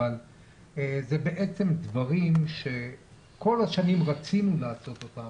אבל זה בעצם דברים שכל השנים רצינו לעשות אותם.